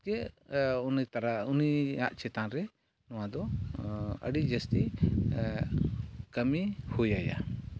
ᱪᱮᱫ ᱩᱱᱤ ᱛᱟᱨᱟ ᱩᱱᱤᱭᱟᱜ ᱪᱮᱛᱟᱱ ᱨᱮ ᱱᱚᱣᱟ ᱫᱚ ᱟᱹᱰᱤ ᱡᱟᱹᱥᱛᱤ ᱠᱟᱹᱢᱤ ᱦᱩᱭᱟᱭᱟ